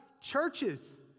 churches